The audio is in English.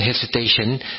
hesitation